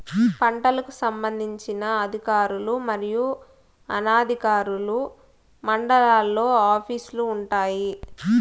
పంటలకు సంబంధించిన అధికారులు మరియు అనధికారులు మండలాల్లో ఆఫీస్ లు వుంటాయి?